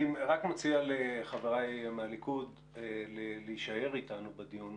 אני רק מציע לחבריי מהליכוד להישאר איתנו בדיון,